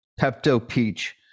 Pepto-Peach